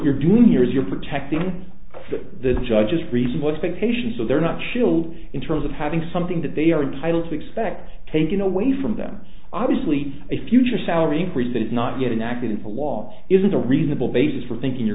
you're doing here is you're protecting the judges reasonable expectations so they're not chilled in terms of having something that they are entitled to expect taken away from them obviously a future salary increase that is not yet an act into law isn't a reasonable basis for thinking you're